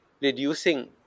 reducing